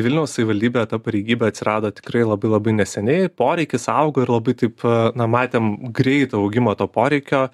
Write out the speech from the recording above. vilniaus savivaldybėje ta pareigybė atsirado tikrai labai labai neseniai poreikis augo ir labai taip na matėm greitą augimą to poreikio